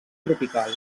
tropical